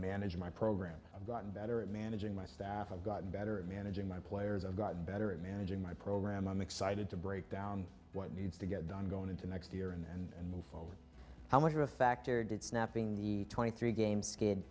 manage my program i've gotten better at managing my staff i've gotten better at managing my players i've gotten better at managing my program i'm excited to break down what needs to get done going into next year and move forward how much of a factor snapping the twenty three games